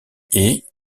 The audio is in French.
est